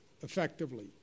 effectively